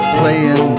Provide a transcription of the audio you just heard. playing